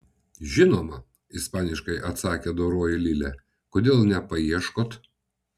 žinoma ispaniškai atsakė doroji lilė kodėl nepaieškot